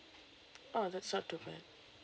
ah that's not too bad